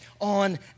on